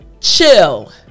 chill